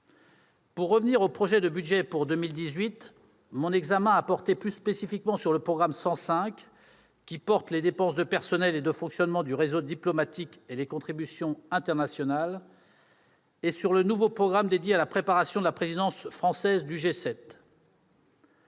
Pour revenir au projet de budget pour 2018, mon examen a porté plus spécifiquement sur le programme 105, qui concerne les dépenses de personnel et de fonctionnement du réseau diplomatique et les contributions internationales, et le nouveau programme dédié à la préparation de la présidence française du G7.